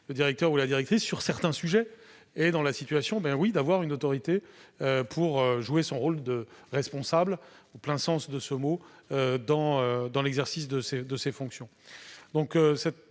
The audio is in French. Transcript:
le directeur ou la directrice, sur certains sujets, est en situation d'avoir une autorité pour jouer son rôle de responsable, au plein sens de ce mot, dans l'exercice de ses fonctions.